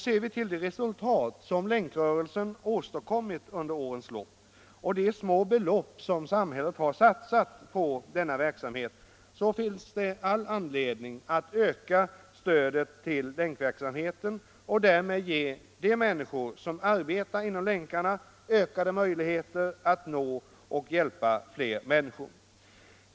Ser vi till de resultat som Länkrörelsen har åstadkommit under årens lopp och de små belopp som samhället har satsat på denna verksamhet finns det all anledning att öka stödet till Länkverksamheten och därmed ge de människor som arbetar inom den ökade möjligheter att hjälpa fler människor.